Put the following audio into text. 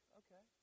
okay